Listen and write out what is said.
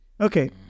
Okay